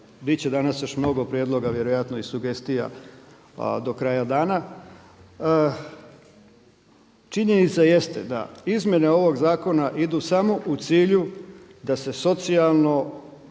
Bit će danas još mnogo prijedloga vjerojatno i sugestija do kraja dana. Činjenica jeste da izmjene ovog zakona idu samo u cilju da se socijalno